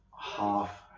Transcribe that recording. half